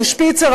הוא שפיצר,